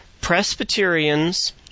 Presbyterians